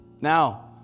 Now